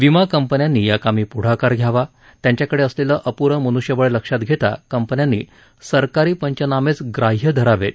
विमा कंपन्यांनी या कामी पुढाकार घ्यावा त्यांच्याकडे असलेलं अपुरं मनुष्यबळ लक्षात घेता कंपन्यांनी सरकारी पंचनामेच ग्राह्य धरावेत